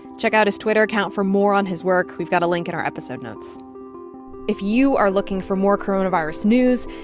check out his twitter account for more on his work. we've got a link in our episode notes if you are looking for more coronavirus news,